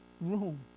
room